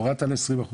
הורדת ל-20%,